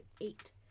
eight